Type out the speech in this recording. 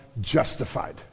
justified